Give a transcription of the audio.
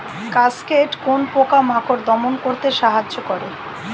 Cascade কোন পোকা মাকড় দমন করতে সাহায্য করে?